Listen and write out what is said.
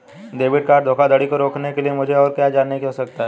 Debit card धोखाधड़ी को रोकने के लिए मुझे और क्या जानने की आवश्यकता है?